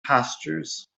pastures